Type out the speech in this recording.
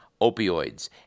opioids